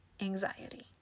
anxiety